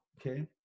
okay